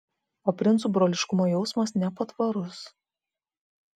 o princų broliškumo jausmas nepatvarus